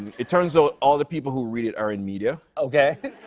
it turns out, all the people who read it are in media. okay.